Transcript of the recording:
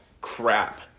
crap